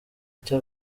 icyo